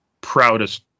proudest